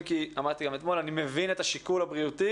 אם כי אמרתי גם אתמול שאני מבין את השיקול הבריאותי.